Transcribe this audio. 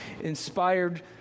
inspired